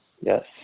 Yes